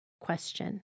question